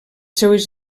seues